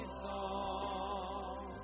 song